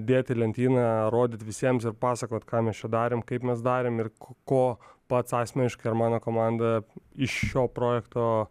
dėt į lentyną rodyt visiems ir pasakot ką mes čia darėm kaip mes darėm ir ko pats asmeniškai ar mano komanda iš šio projekto